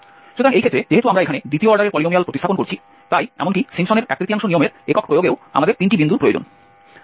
সুতরাং এই ক্ষেত্রে যেহেতু আমরা এখানে দ্বিতীয় অর্ডারের পলিনোমিয়াল প্রতিস্থাপন করছি তাই এমনকি সিম্পসনের এক তৃতীয়াংশ নিয়মের একক প্রয়োগেও আমাদের তিনটি বিন্দুর প্রয়োজন